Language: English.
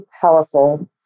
powerful